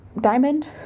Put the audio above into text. diamond